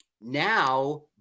Now